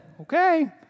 Okay